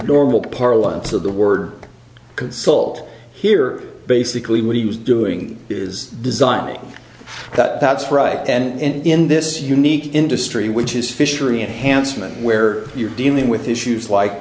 normal parlance of the word consult here basically what he was doing is designing that that's right and in this unique in industry which is fishery enhancement where you're dealing with issues like